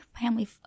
family